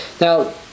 Now